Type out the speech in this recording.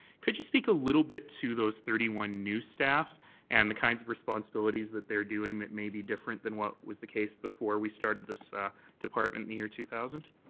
could you speak a little bit to those thirty one new staff and the kind of responsibilities that they are doing that may be different than what was the case before we started this department in the year two thousand.